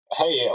hey